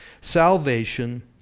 Salvation